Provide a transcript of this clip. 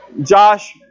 Josh